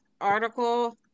article